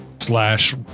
Slash